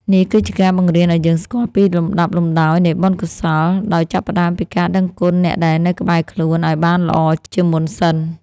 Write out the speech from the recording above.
នេះគឺជាការបង្រៀនឱ្យយើងស្គាល់ពីលំដាប់លំដោយនៃបុណ្យកុសល ដោយចាប់ផ្ដើមពីការដឹងគុណអ្នកដែលនៅក្បែរខ្លួនឱ្យបានល្អជាមុនសិន។